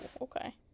okay